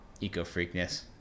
eco-freakness